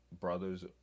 brothers